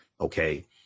okay